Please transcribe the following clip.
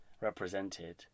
represented